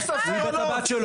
תתבייש לך.